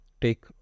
take